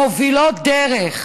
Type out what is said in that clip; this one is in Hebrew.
מובילות דרך,